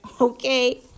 Okay